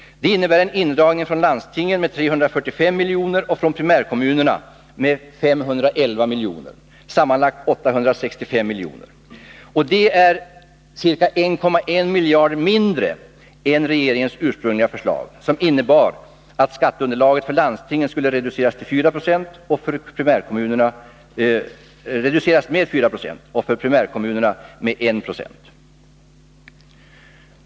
Det innebär en indragning från landstingen med 345 milj.kr. och från primärkommunerna med 511 milj.kr., sammanlagt 856 milj.kr. Det är ca 1,1 miljarder mindre än regeringens ursprungliga förslag, som innebar att skatteunderlaget för landstingen skulle reduceras med 4 26 och för primärkommunerna med 192.